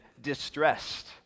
distressed